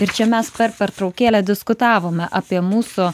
ir čia mes per pertraukėlę diskutavome apie mūsų